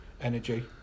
energy